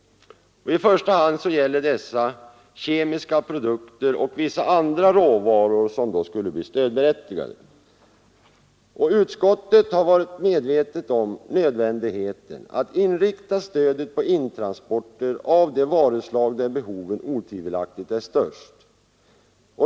I första hand gäller dessa att även kemiska produkter och vissa andra råvaror skall bli stödberättigade. Utskottet har varit medvetet om nödvändigheten av att inrikta stödet på intransporter av de varuslag där behoven otvivelaktigt är störst.